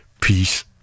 Peace